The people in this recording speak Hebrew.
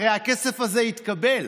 הרי הכסף הזה יתקבל